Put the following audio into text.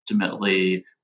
ultimately